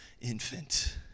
infant